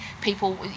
people